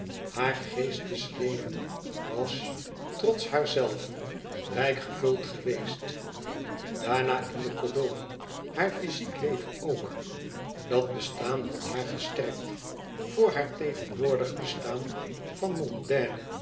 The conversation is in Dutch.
haar geestesleven was trots haarzelve rijk gevuld geweest daarna in de kolonie haar fyziek leven ook dat bestaan had haar gesterkt voor haar tegenwoordig bestaan van mondaine